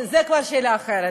זו כבר שאלה אחרת.